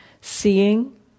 seeing